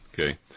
okay